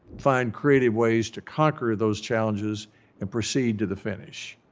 find creative ways to conquer those challenges and proceed to the finish.